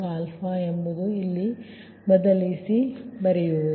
ಅಂದರೆ ಇದು VtVq ಇದನ್ನು ನೀವು ಇಲ್ಲಿ ಬದಲಿಸಿ ಮಾಡಿ ಸರಿ